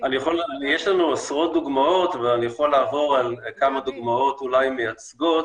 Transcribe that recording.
יש לנו עשרות דוגמאות ואני יכול לעבוד על כמה דוגמאות מייצגות,